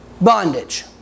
Bondage